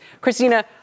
Christina